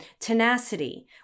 tenacity